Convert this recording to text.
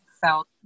felt